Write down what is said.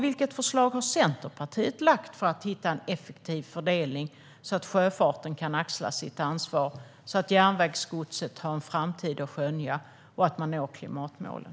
Vilket förslag har Centerpartiet lagt fram för att hitta en effektiv fördelning så att sjöfarten kan axla sitt ansvar, så att järnvägsgodset har en framtid att skönja och så att man når klimatmålen?